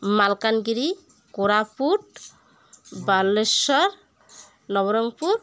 Malkangiri Koraput Baleswar Nabarangpur